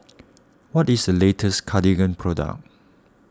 what is the latest Cartigain product